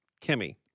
Kimmy